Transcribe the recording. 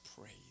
praise